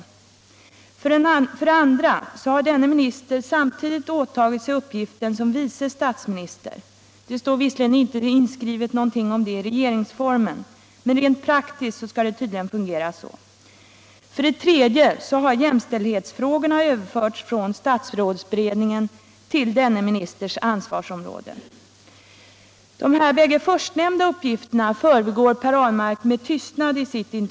För det andra har denne minister samtidigt åtagit sig uppgiften som vice statsminister — det står visserligen inte inskrivet någonting om det i regeringsformen, men rent praktiskt skall det tydligen fungera på det sättet. För det tredje har jämställdhetsfrågorna överförts från statsrådsberedningen till denne ministers ansvarsområde. De båda förstnämnda faktorerna förbigår herr Ahlmark med tystnad i sitt svar.